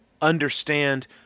understand